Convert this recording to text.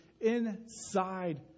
inside